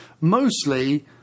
mostly